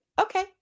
okay